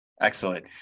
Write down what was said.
Excellent